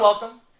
Welcome